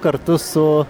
kartu su